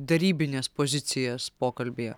derybines pozicijas pokalbyje